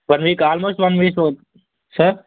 one week almost one week sir